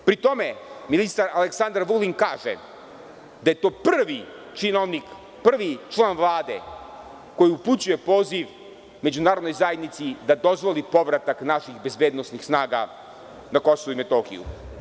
Pri tome ministar Aleksandar Vulin kaže da je to prvi činovnik, prvi član Vlade koji upućuje poziv međunarodnoj zajednici da dozvoli povratak naših bezbednosnih snaga na KiM.